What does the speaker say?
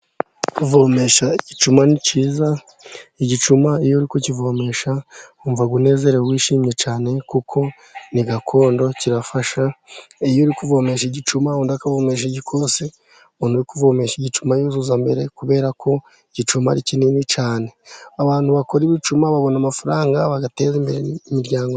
Kuvomesha igicuma ni cyiza, igicuma iyo uri kukivomesha wumva unezerewe wishimye cyane, kuko ni gakondo kirafasha, iyo uri kuvomesha igicuma undi akavomesha igikosi, umuntu uri kuvomesha igicuma yuzuza mbere, kubera ko igicuma ari kinini cyane. Abantu bakora ibicuma babona amafaranga bagateza imbere imiryango.